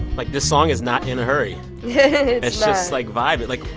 like this song is not in a hurry like, vibey. like,